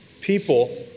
people